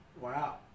Wow